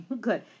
Good